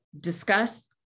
discuss